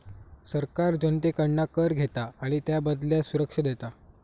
सरकार जनतेकडना कर घेता आणि त्याबदल्यात सुरक्षा देता